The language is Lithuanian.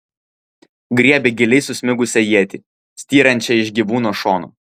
griebė giliai susmigusią ietį styrančią iš gyvūno šono